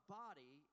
body